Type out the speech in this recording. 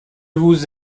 vous